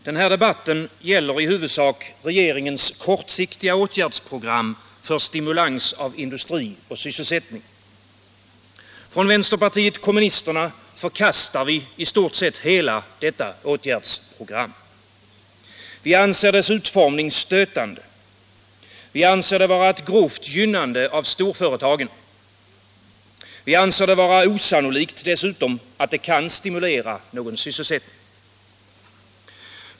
Herr talman! Debatten gäller i huvudsak regeringens kortsiktiga åtgärdsprogram för stimulans av industri och sysselsättning. Vi från vänsterpartiet kommunisterna förkastar i stort sett hela detta åtgärdsprogram. Vi anser dess utformning stötande. Vi anser det vara ett grovt gynnande av storföretagen. Vi anser det dessutom osannolikt att det kan stimulera sysselsättningen.